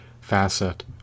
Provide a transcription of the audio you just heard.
facet